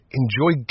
enjoy